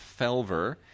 Felver